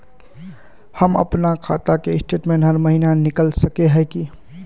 हम अपना खाता के स्टेटमेंट हर महीना निकल सके है की?